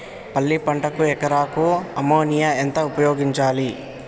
పల్లి పంటకు ఎకరాకు అమోనియా ఎంత ఉపయోగించాలి?